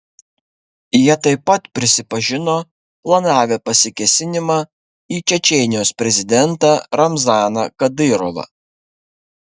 jie taip pat prisipažino planavę pasikėsinimą į čečėnijos prezidentą ramzaną kadyrovą